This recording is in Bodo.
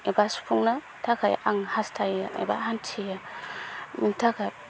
एबा सुफुंनो थाखाय आं हास्थायो एबा हान्थियो बेनि थाखाय